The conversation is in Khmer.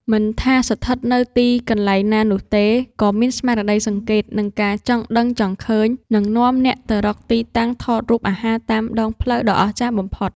មិនថាស្ថិតនៅទីកន្លែងណានោះទេ ការមានស្មារតីសង្កេត និងការចង់ដឹងចង់ឃើញ នឹងនាំអ្នកទៅរកទីតាំងថតរូបអាហារតាមដងផ្លូវដ៏អស្ចារ្យបំផុត។